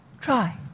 Try